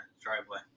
driveway